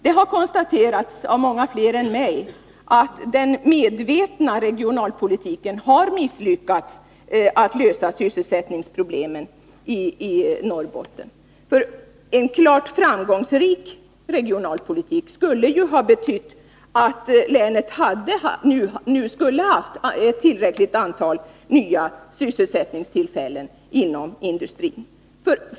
Det har konstaterats av många andra än mig att den medvetna regionalpolitiken har misslyckats med att lösa sysselsättningsproblemen i Norrbotten, för en klart framgångsrik regionalpolitik skulle ju ha betytt att länet nu skulle ha haft ett tillräckligt antal nya sysselsättningstillfällen inom industrin.